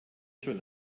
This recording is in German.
schon